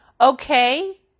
Okay